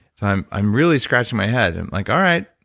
so i'm i'm really scratching my head and like, all right.